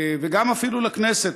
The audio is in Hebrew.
וגם אפילו לכנסת,